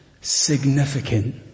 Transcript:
significant